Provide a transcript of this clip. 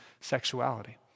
sexuality